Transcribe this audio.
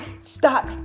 stop